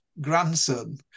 grandson